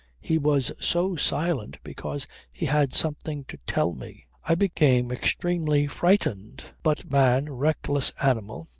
he was so silent because he had something to tell me. i became extremely frightened. but man, reckless animal,